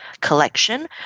collection